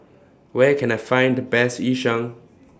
Where Can I Find The Best Yu Sheng